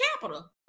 capital